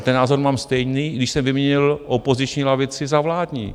Ten názor mám stejný, i když jsem vyměnil opoziční lavici za vládní.